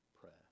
prayer